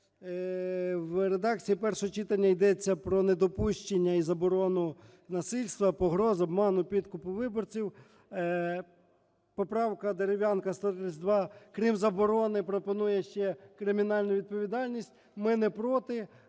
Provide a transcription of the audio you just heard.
В редакції першого читання йдеться про недопущення і заборону насильства, погроз, обману, підкупу виборців. Поправка Дерев'янка 132 крім заборони пропонує ще кримінальну відповідальність. Ми не проти.